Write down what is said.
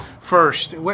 first